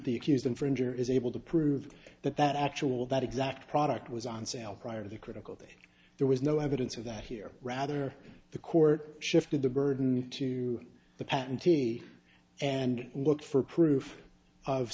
the accused infringer is able to prove that that actual that exact product was on sale prior to the critical day there was no evidence of that here rather the court shifted the burden to the patentee and look for proof of